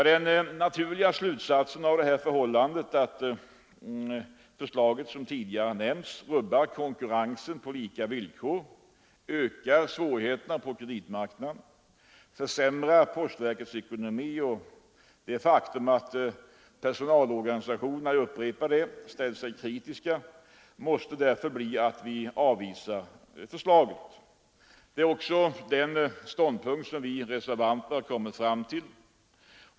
Den naturliga slutsatsen av det förhållandet att förslaget, som tidigare nämnts, rubbar konkurrensen på lika villkor, ökar svårigheterna på kreditmarknaden och försämrar postverkets ekonomi samt av det faktum att personalorganisationerna — jag upprepar det — ställt sig kritiska måste därför bli att vi avvisar förslaget. Det är också den ståndpunkt som vi reservanter har kommit fram till.